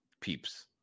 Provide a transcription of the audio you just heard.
Peeps